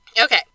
Okay